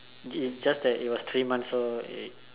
it just that it was three months old it